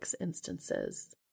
instances